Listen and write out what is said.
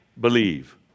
believe